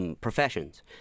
professions